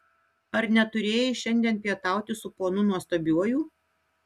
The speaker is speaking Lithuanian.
ar neturėjai šiandien pietauti su ponu nuostabiuoju